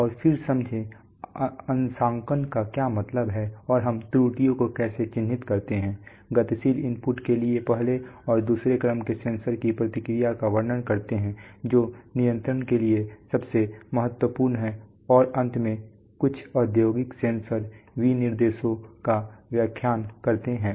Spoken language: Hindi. और फिर समझें अंशांकन का क्या मतलब है और हम त्रुटियों को कैसे चिह्नित करते हैं गतिशील इनपुट के लिए पहले और दूसरे क्रम के सेंसर की प्रतिक्रिया का वर्णन करते हैं जो नियंत्रण के लिए सबसे महत्वपूर्ण है और अंत में कुछ औद्योगिक सेंसर विनिर्देशों का व्याख्या करते हैं